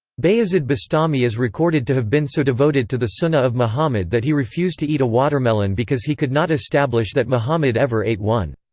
bayazid bastami is recorded to have been so devoted to the sunnah of muhammad that he refused to eat a watermelon because he could not establish that muhammad ever ate one.